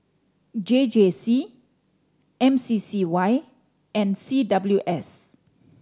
J J C M C C Y and C W S